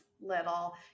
little